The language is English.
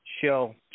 Show